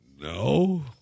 no